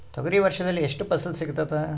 ತೊಗರಿ ವರ್ಷದಲ್ಲಿ ಎಷ್ಟು ಫಸಲ ಸಿಗತದ?